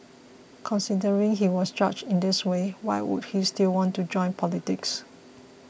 considering he was judged in this way why would he still want to join politics